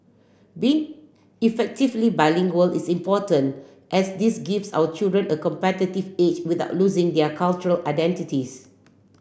being effectively bilingual is important as this gives our children a competitive edge without losing their cultural identities